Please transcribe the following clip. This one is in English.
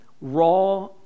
raw